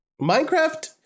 Minecraft